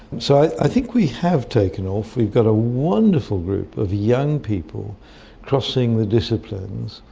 so i think we have taken off. we've got a wonderful group of young people crossing the disciplines.